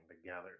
together